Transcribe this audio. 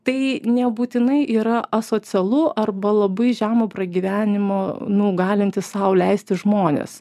tai nebūtinai yra asocialu arba labai žemo pragyvenimo nu galintys sau leisti žmonės